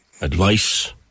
advice